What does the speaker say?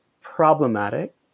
problematic